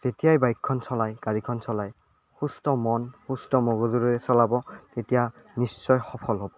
যেতিয়াই গাড়ীখন চলাই বাইকখন চলাই সুস্থ মন সুস্থ মগজুৰে চলাব তেতিয়া নিশ্চয় সফল হ'ব